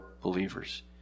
believers